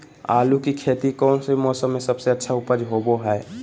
आलू की खेती कौन मौसम में सबसे अच्छा उपज होबो हय?